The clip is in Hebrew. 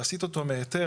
להסיט אותו מהיתר,